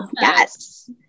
yes